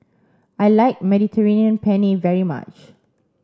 I like Mediterranean Penne very much